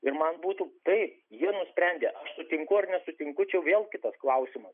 ir man būtų taip jie nusprendė sutinku ar nesutinku čia vėl kitas klausimas